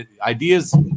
Ideas